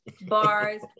Bars